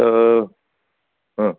तर ह